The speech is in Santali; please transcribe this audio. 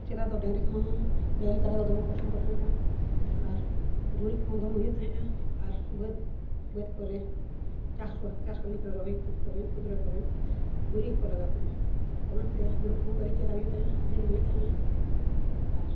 ᱥᱮᱫᱟᱭ ᱫᱚ ᱰᱟᱹᱝᱨᱤ ᱠᱚᱦᱚᱸ ᱰᱟᱹᱝᱨᱤ ᱠᱟᱰᱟ ᱠᱚ ᱫᱚᱢᱮ ᱠᱚ ᱟᱹᱥᱩᱞ ᱠᱚ ᱛᱟᱦᱮᱱᱟ ᱟᱨ ᱜᱩᱨᱤᱡᱽ ᱠᱚᱦᱚᱸ ᱫᱚᱢᱮ ᱦᱩᱭᱩᱜ ᱛᱟᱦᱮᱱᱟ ᱟᱨ ᱵᱟᱹᱫᱽ ᱠᱚᱨᱮ ᱪᱟᱥᱵᱟᱥ ᱪᱟᱥ ᱠᱟᱹᱢᱤ ᱠᱚᱨᱮ ᱨᱚᱦᱚᱭ ᱛᱩᱫ ᱠᱚᱨᱮ ᱛᱩᱫ ᱨᱚᱦᱚᱭ ᱠᱚᱨᱮ ᱜᱩᱨᱤᱡᱽ ᱦᱚᱸᱠᱚ ᱞᱟᱜᱟᱣ ᱛᱟᱦᱮᱱᱟ ᱟᱨ ᱚᱱᱟᱛᱮ ᱦᱩᱲᱩ ᱠᱚᱦᱚᱸ ᱟᱹᱰᱤ ᱪᱮᱦᱨᱟ ᱦᱩᱭᱩᱜ ᱛᱟᱦᱮᱱᱟ ᱟᱹᱰᱤ ᱪᱮᱦᱨᱟᱜᱮ ᱦᱩᱭᱩᱜ ᱛᱟᱦᱮᱱᱟ ᱟᱨ